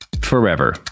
forever